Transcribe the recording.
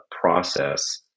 process